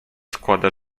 składa